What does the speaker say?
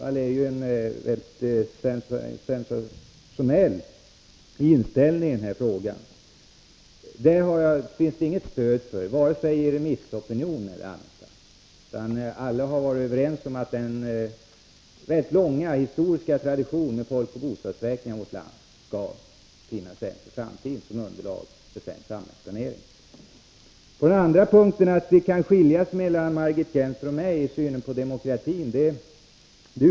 Det är i så fall en mycket sensationell inställning i den här frågan, som det inte finns något stöd för vare sig i remissopinionen eller någon annanstans. Alla har varit överens om att den rätt långa historiska traditionen med folkoch bostadsräkningar i vårt land skall fortsätta och att sådan statistik skall finnas även i framtiden som underlag för svensk samhällsplanering. För det andra: Jag utesluter inte att det kan skilja sig mellan Margit Gennser och mig i synen på den politiska demokratin.